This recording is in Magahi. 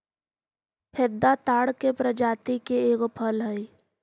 फेदा ताड़ के प्रजाति के एगो फल हई